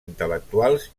intel·lectuals